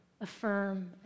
affirm